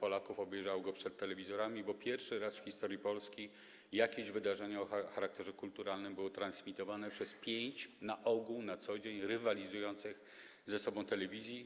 Polaków obejrzało go przed telewizorami, bo pierwszy raz w historii Polski wydarzenie o charakterze kulturalnym było transmitowane przez pięć na co dzień na ogół rywalizujących ze sobą telewizji.